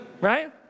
right